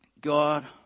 God